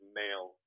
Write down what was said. male